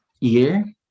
year